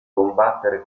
combattere